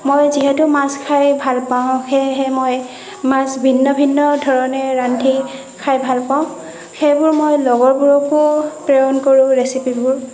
মই যিহেতু মাছ খাই ভাল পাওঁ সেয়েহে মই মাছ ভিন্ন ভিন্ন ধৰণে ৰান্ধি খাই ভাল পাওঁ সেইবোৰ মই লগৰবোৰকো প্ৰেৰণ কৰোঁ ৰেছিপিবোৰ